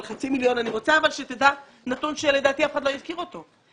על חצי מיליון אבל אני רוצה שתדע נתון שלדעתי אף אחד לא הזכיר אותו.